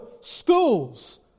schools